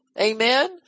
Amen